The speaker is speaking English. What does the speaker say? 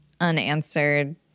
unanswered